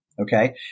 okay